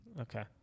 Okay